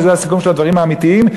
וזה הסיכום של הדברים האמיתיים,